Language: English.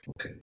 Okay